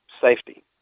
Safety